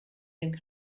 den